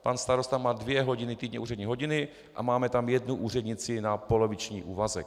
Pan starosta má dvě hodiny týdně úřední hodiny a máme tam jednu úřednici na poloviční úvazek.